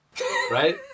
right